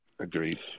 Agreed